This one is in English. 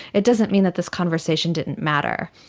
it doesn't mean that this conversation didn't matter.